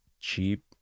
cheap